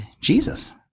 Jesus